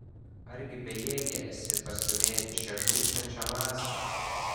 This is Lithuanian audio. argi bejėgė esi pastūmėti šią žūstančią masę